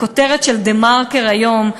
והכותרת של "דה-מרקר" היום,